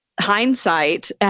hindsight